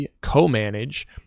co-manage